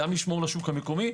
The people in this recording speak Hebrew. גם לשמור על השוק המקומי.